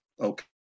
Okay